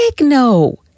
no